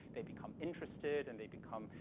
they become interested and they become,